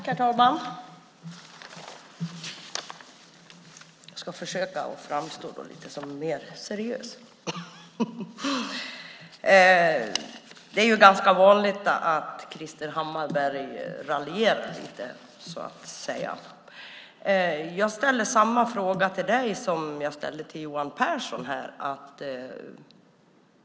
Herr talman! Jag ska försöka framstå som mer seriös. Det är ganska vanligt att Krister Hammarbergh raljerar lite, så att säga. Jag ställer samma fråga till dig som jag ställde till Johan Pehrson.